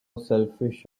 selfish